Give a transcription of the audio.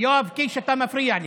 יואב קיש, אתה מפריע לי,